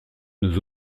nos